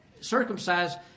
circumcised